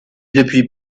depuis